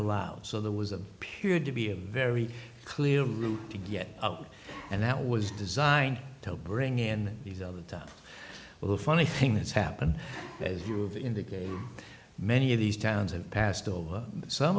allowed so there was a period to be a very clear route to get out and that was designed to help bring in these other tough well the funny thing that's happened as you've indicated many of these towns have passed over some